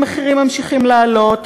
המחירים ממשיכים לעלות,